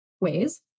ways